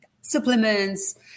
supplements